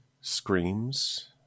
screams